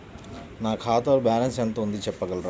నా ఖాతాలో బ్యాలన్స్ ఎంత ఉంది చెప్పగలరా?